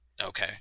Okay